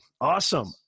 Awesome